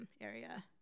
area